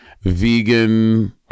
vegan